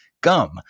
gum